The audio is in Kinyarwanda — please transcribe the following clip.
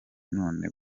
none